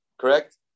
Correct